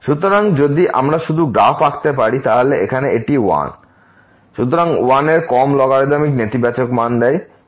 সুতরাং যদি আমরা শুধু গ্রাফ আঁকতে পারি তাহলে এটি এখানে 1 সুতরাং 1 এর কম লগারিদমিক নেতিবাচক মান নেয়